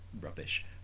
rubbish